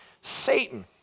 Satan